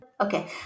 Okay